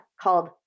called